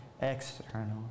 external